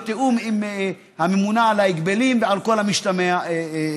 זה בתיאום עם הממונה על ההגבלים ועל כל המשתמע מכך.